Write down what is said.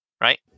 right